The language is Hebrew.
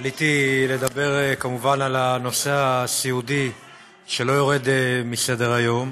עליתי לדבר כמובן על הנושא הסיעודי שלא יורד מסדר-היום.